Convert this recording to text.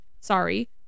sorry